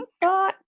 Bye